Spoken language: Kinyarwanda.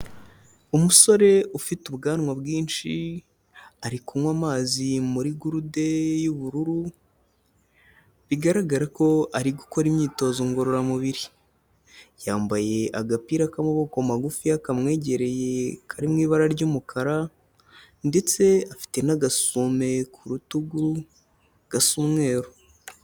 Umusore ufite ubwanwa bwinshi ari kunywa amazi muri gurude y'ubururu, bigaragara ko ari gukora imyitozo ngororamubiri, yambaye agapira k'amaboko magufiya kamwegereye kari mu ibara ry'umukara, ndetse afite n'agasume ku rutugu gasa umweru.